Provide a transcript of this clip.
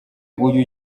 uyu